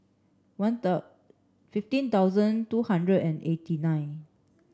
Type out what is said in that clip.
one fifteen thousand two hundred and eighty nine